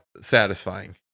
satisfying